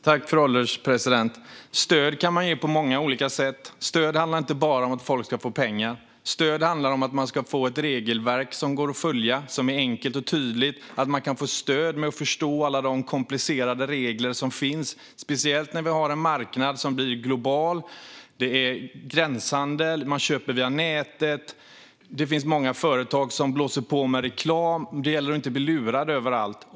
Fru ålderspresident! Stöd kan man ge på många olika sätt, och stöd handlar inte bara om att folk ska få pengar. Stöd handlar om att man ska få ett regelverk som går att följa och som är enkelt och tydligt samt om att man kan få stöd med att förstå alla de komplicerade regler som finns. Detta gäller speciellt när vi har en marknad som blir global, när det är gränshandel och när man köper via nätet. Det finns många företag som blåser på med reklam, och det gäller att inte bli lurad överallt.